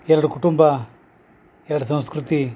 ಎರಡು ಕುಟುಂಬ ಎರಡು ಸಂಸ್ಕೃತಿ